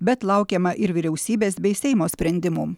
bet laukiama ir vyriausybės bei seimo sprendimų